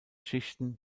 schichten